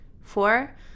Four